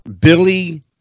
Billy